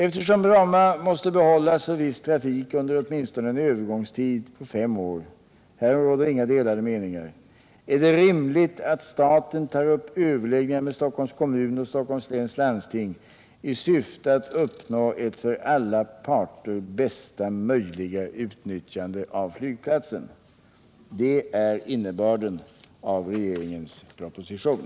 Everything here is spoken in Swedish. Eftersom Bromma måste behållas för viss trafik under åtminstone en övergångstid på ca fem år — härom råder inga delade meningar — är det väl rimligt att staten tar upp överläggningar med Stockholms kommun och Stockholms läns landsting i syfte att uppnå ett för alla parter bästa möjliga utnyttjande av flygplatsen. Det är innebörden av regeringens proposition.